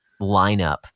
lineup